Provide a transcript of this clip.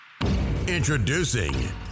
Introducing